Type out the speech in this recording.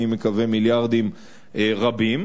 אני מקווה מיליארדים רבים,